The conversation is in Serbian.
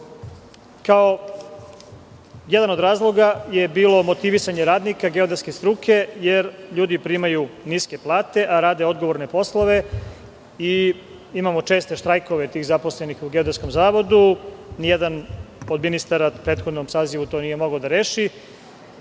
jedan od razloga je bilo motivisanje radnika geodetske struke, jer ljudi primaju niske plate, a rade odgovorne poslove i imamo česte štrajkove tih zaposlenih u Geodetskom zavodu. Ni jedan od ministara u prethodnom sazivu to nije mogao da reši,